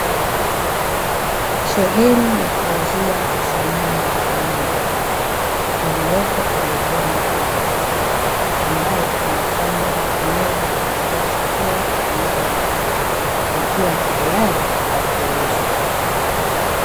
Sehemu ya kuuzia samani za aina mbalimbali iliyoko pembezoni mwa barabara, ambayo imepangwa meza ya kulia chakula pamoja na viti, vikiwa tayari kwa kuuzwa.